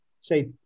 say